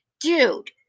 dude